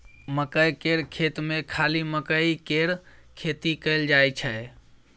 मकई केर खेत मे खाली मकईए केर खेती कएल जाई छै